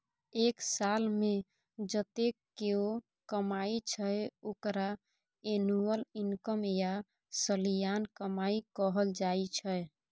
एक सालमे जतेक केओ कमाइ छै ओकरा एनुअल इनकम या सलियाना कमाई कहल जाइ छै